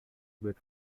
beat